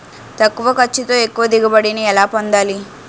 తక్కువ ఖర్చుతో ఎక్కువ దిగుబడి ని ఎలా పొందాలీ?